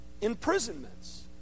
imprisonments